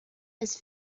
his